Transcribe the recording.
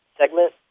segment